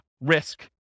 risk